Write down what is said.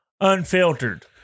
unfiltered